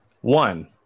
One